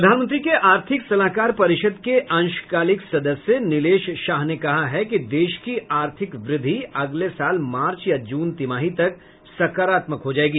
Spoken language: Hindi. प्रधानमंत्री के आर्थिक सलाहकार परिषद के अंशकालिक सदस्य नीलेश शाह ने कहा है कि देश की आर्थिक वृद्धि अगले साल मार्च या जून तिमाही तक सकारात्मक हो जाएगी